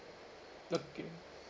okay